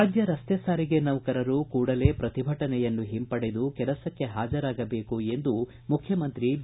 ರಾಜ್ಯ ರಸ್ತೆ ಸಾರಿಗೆ ನೌಕರರು ಕೂಡಲೇ ಪ್ರತಿಭಟನೆಯನ್ನು ಹಿಂಪಡೆದು ಕೆಲಸಕ್ಕೆ ಹಾಜರಾಗಬೇಕು ಎಂದು ಮುಖ್ಯಮಂತ್ರಿ ಬಿ